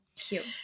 Cute